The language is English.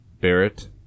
Barrett